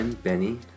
Benny